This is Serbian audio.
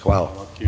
Hvala.